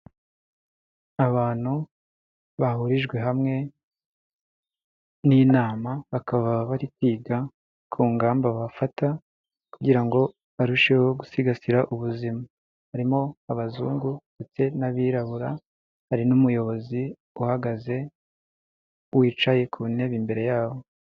Abantu bahurijwe hamwe n'inama bakaba bari kwiga ku ngamba bafata kugira ngo barusheho gusigasira ubuzima. Harimo abazungu ndetse n'abirabura, hari n'umuyobozi uhagaze wicaye ku ntebe imbere yabo.